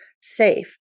safe